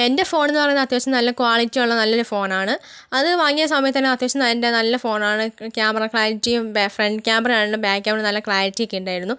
എൻ്റെ ഫോണെന്ന് പറഞ്ഞാൽ അത്യാവശ്യം നല്ല ക്വാളിറ്റിയുള്ള നല്ലൊരു ഫോണാണ് അത് വാങ്ങിയ സമയത്തന്നെ അത്യാവശ്യം എൻ്റെ നല്ല ഫോണാണ് ക്യാ ക്യാമറ ക്ലാരിറ്റിയും ബാ ഫ്രണ്ട് ക്യാമറ ആണെലും ബാക്ക് ക്യാമറ ആണേലും നല്ല ക്ലാരിറ്റിക്കെ ഉണ്ടായിരുന്നു